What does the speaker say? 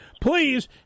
Please